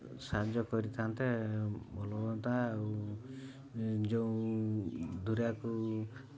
ସାହାଯ୍ୟ କରିଥାନ୍ତେ ଭଲ ହୁଅନ୍ତା ଆଉ ଯୋଉ ଦୁରିଆକୁ ଧର